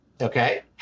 okay